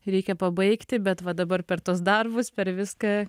reikia pabaigti bet va dabar per tuos darbus per viską